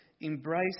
embrace